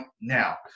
now